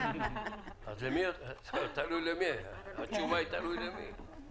אז התשובה היא תלוי למי.